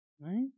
right